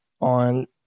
on